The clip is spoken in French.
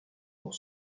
pour